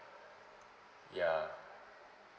yeah